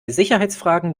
sicherheitsfragen